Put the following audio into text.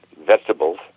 vegetables